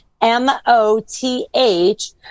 M-O-T-H